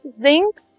zinc